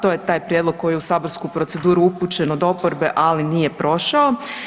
To je taj prijedlog koji je u saborsku proceduru upućen od oporbe, ali nije prošao.